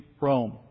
Rome